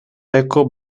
peko